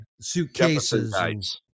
suitcases